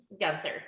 gunther